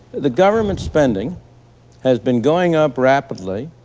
the government spending has been going up rapidly,